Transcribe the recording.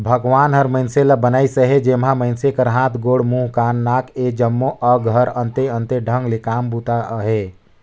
भगवान हर मइनसे ल बनाइस अहे जेम्हा मइनसे कर हाथ, गोड़, मुंह, कान, नाक ए जम्मो अग कर अन्ते अन्ते ढंग ले काम बूता अहे